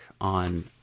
on